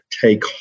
take